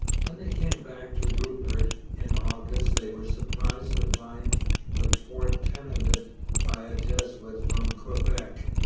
when they came back to rupert in august they were surprised to find the fort tenanted by a jesuit from quebec,